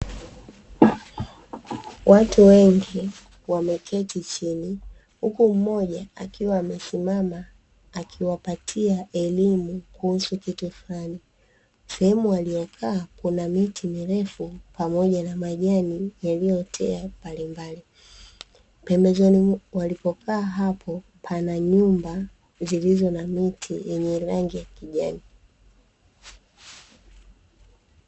Watu wengi wameketi chini huku mmoja akiwa amesimama akiwapatia elimu kuhusu kitu fulani sehemu waliyokaa kuna miti mirefu pamoja na majani, yaliyotea mbalimbali pembezoni walipokaa hapo pana nyumba zilizo na miti yenye rangi ya kijani.